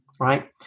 right